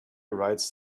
rides